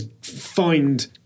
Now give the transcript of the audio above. find